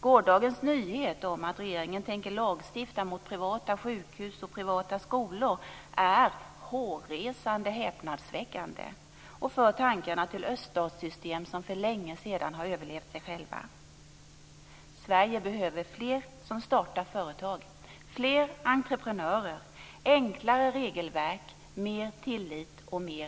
Gårdagens nyhet om att regeringen tänker lagstifta mot privata sjukhus och privata skolor är hårresande häpnadsväckande och för tankarna till öststatssystem som för länge sedan överlevt sig själva. Sverige behöver fler som startar företag, fler entreprenörer, enklare regelverk, mer tillit och mer